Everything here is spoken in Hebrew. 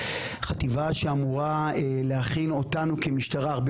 חטיבה שאמורה להכין אותנו כמשטרה הרבה